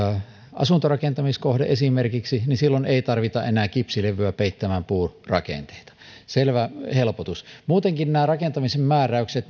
asuntorakentamiskohde esimerkiksi niin silloin ei tarvita enää kipsilevyä peittämään puurakenteita selvä helpotus muutenkin rakentamisen määräyksiä